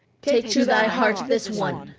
take to thy heart this one,